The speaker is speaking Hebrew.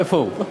איפה הוא?